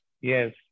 yes